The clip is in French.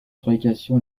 fabrication